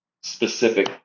specific